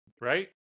Right